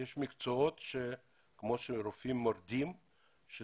יש מקצועות כמו רופא מרדים יגרום לכך